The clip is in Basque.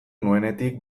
nuenetik